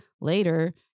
Later